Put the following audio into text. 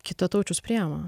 kitataučius priėma